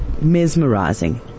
mesmerizing